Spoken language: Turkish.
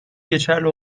geçerli